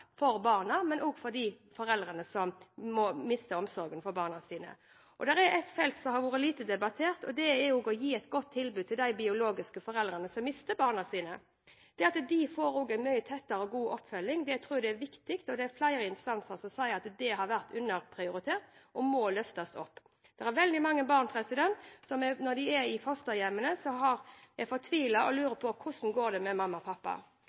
for barna, men også for de foreldrene som mister omsorgen for barna sine. Et felt som har vært lite debattert, er også å gi et godt tilbud til de biologiske foreldrene som mister barna sine. Det at de også får en mye tettere og god oppfølging, tror jeg er viktig, og det er flere instanser som sier at det har vært underprioritert og må løftes opp. Det er veldig mange barn som når de er i fosterhjemmene, er fortvilet og lurer på hvordan det går med mamma og pappa,